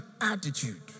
attitude